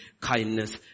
kindness